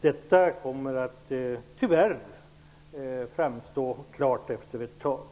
Detta kommer att klart framstå efter ett tag.